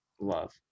love